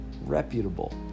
reputable